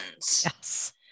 yes